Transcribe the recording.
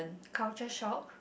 culture shock